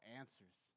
answers